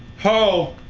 ho!